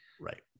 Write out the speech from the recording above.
Right